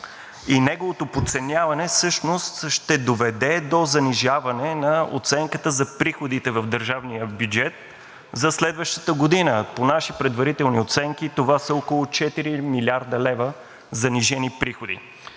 и неговото подценяване всъщност ще доведе до занижаване на оценката за приходите в държавния бюджет за следващата година. По наши предварителни оценки това са около 4 млрд. лв. занижени приходи.